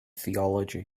theology